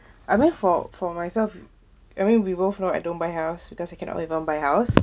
I mean for for myself I mean we both know I don't buy house because you cannot buy house